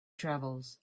travels